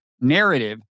narrative